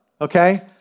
okay